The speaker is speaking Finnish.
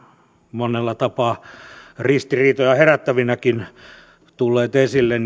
monella tapaa ristiriitojakin herättävinä tulleet esille